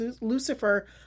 Lucifer